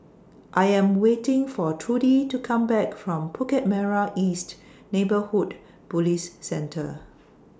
I Am waiting For Trudy to Come Back from Bukit Merah East Neighbourhood Police Centre